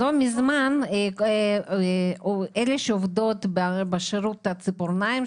לא מזמן אלה שעובדות בשירות הציפורניים,